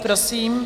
Prosím.